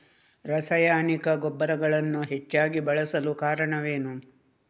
ರಾಸಾಯನಿಕ ಗೊಬ್ಬರಗಳನ್ನು ಹೆಚ್ಚಾಗಿ ಬಳಸಲು ಕಾರಣವೇನು?